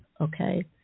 Okay